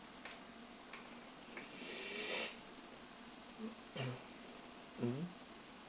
mm